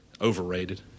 Overrated